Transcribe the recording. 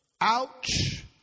Ouch